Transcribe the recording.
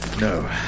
no